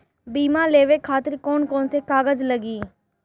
बीमा लेवे खातिर कौन कौन से कागज लगी?